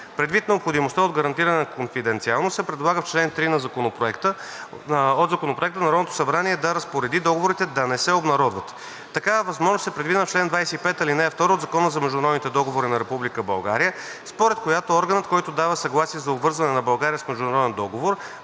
Предвид необходимостта от гарантиране на конфиденциалност се предлага в чл. 3 от Законопроекта Народното събрание да разпореди договорите да не се обнародват. Такава възможност е предвидена в чл. 25, ал. 2 от Закона за международните договори на Република България, според който органът, който дава съгласие за обвързване на България с международен договор,